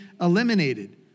eliminated